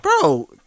Bro